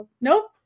Nope